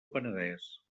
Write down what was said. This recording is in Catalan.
penedès